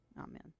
Amen